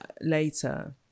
later